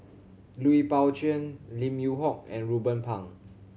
Lui Pao Chuen Lim Yew Hock and Ruben Pang